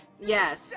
Yes